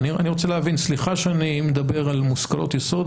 סליחה שאני מדבר על מושכלות יסוד,